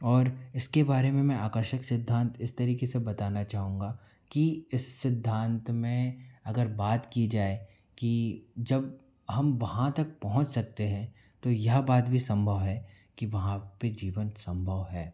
और इसके बारे में मैं आकर्षक सिद्धांत इस तरीके से बताना चाहूँगा कि इस सिद्धांत में अगर बात की जाए कि जब हम वहाँ तक पहुँच सकते हैं तो यह बात भी सम्भव है कि वहाँ पर जीवन सम्भव है